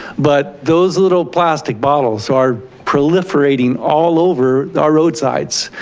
but those little plastic bottles are proliferating all over our roadsides.